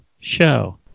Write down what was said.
show